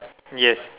yes